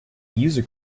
user